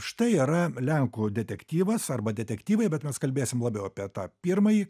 štai yra lenkų detektyvas arba detektyvai bet mes kalbėsim labiau apie tą pirmąjį